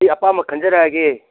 ꯑꯩ ꯑꯄꯥꯝꯕ ꯈꯟꯖꯔꯛꯑꯒꯦ